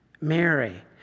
Mary